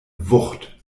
wucht